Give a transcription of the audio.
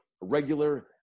regular